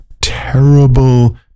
terrible